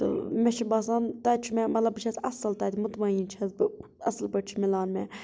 تہٕ مےٚ چھِ باسان تَتہِ چھُ مےٚ مطلب بہٕ چھس اصٕل تَتہِ مُطمعن چھس بہٕ اصٕل پٲٹھۍ چھُ مِلان مےٚ